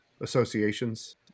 associations